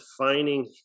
defining